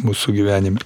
mūsų gyvenime